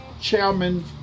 chairman